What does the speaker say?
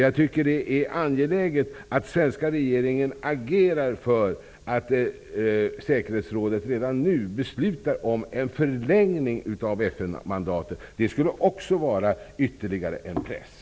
Jag tycker att det är angeläget att den svenska regeringen agerar för att säkerhetsrådet redan nu skall besluta om en förlängning av FN-mandatet. Det skulle utgöra ytterligare press.